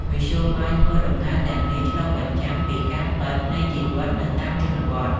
មធ្យោបាយធ្វើដំណើរទាំងនេះឆ្លុះបញ្ចាំងពីការពិតនៃជីវិតនៅតាមជនបទ។